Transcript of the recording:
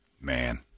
Man